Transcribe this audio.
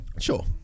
Sure